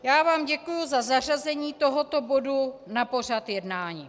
Já vám děkuji za zařazení tohoto bodu na pořad jednání.